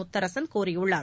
முத்தரசன் கூறியுள்ளார்